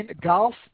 golf